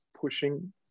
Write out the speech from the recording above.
pushing